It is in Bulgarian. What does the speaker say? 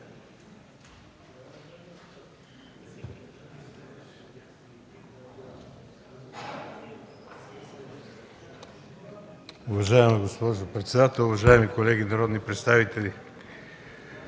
Уважаема госпожо председател, уважаеми колеги народни представители!